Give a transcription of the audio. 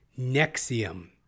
Nexium